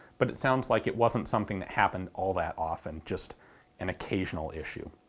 but it sounds like it wasn't something that happened all that often, just an occasional issue.